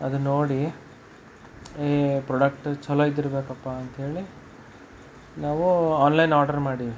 ಅದು ನೋಡಿ ಈ ಪ್ರಾಡಕ್ಟ್ ಚಲೋ ಇದ್ದಿರಬೇಕಪ್ಪಾ ಅಂಥೇಳಿ ನಾವು ಆನ್ಲೈನ್ ಆರ್ಡರ್ ಮಾಡೀವಿ